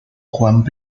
juan